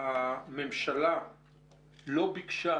הממשלה לא ביקשה,